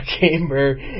chamber